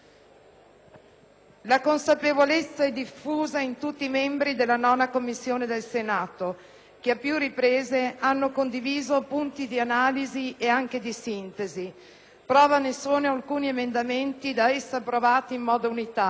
La consapevolezza è diffusa fra tutti i membri della 9a Commissione del Senato, che a più riprese hanno condiviso punti di analisi e anche di sintesi: prova ne sono alcuni emendamenti da essa approvati in modo unitario.